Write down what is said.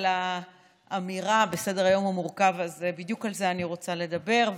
על האמירה "סדר-היום המורכב הזה" בדיוק על זה אני רוצה לדבר.